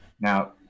Now